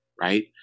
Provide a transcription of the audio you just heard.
Right